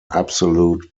absolute